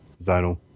Zonal